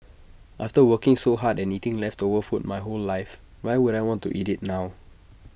after working so hard and eating leftover food my whole life why would I want to eat IT now